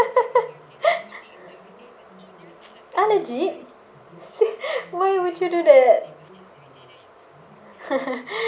!huh! legit why would you do that